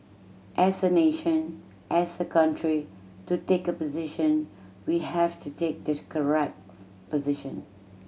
as a nation as a country to take a position we have to take the correct position